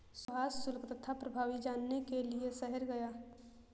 सुभाष शुल्क तथा प्रभावी जानने के लिए शहर गया